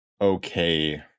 okay